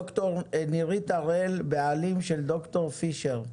דוקטור נירית הראל, בעלים של דוקטור פישר,